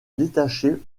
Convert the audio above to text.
détaché